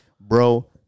Bro